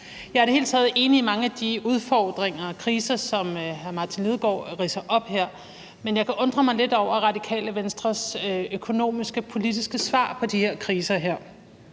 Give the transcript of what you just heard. Jeg er i det hele taget enig i, at der er mange af de udfordringer og kriser, som hr. Martin Lidegaard ridser op her. Men jeg kan undre mig lidt over Radikale Venstres økonomiske og politiske svar på de her kriser.